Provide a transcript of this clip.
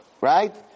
Right